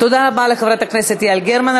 תודה רבה לחברת הכנסת גרמן.